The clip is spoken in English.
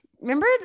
remember